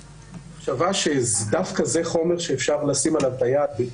המחשבה שדווקא זה חומר שאפשר לשים עליו את היד,